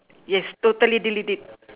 yes totally delete it